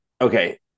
Okay